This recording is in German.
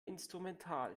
instrumental